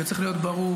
וצריך להיות ברור,